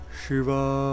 Shiva